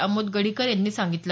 आमोद गडीकर यांनी सांगितलं